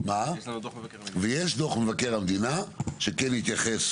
ויש דוח מבקר המדינה שכן התייחס